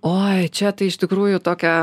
oi čia tai iš tikrųjų tokia